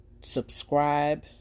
subscribe